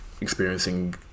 experiencing